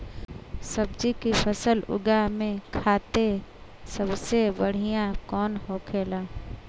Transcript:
सब्जी की फसल उगा में खाते सबसे बढ़ियां कौन होखेला?